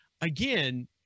again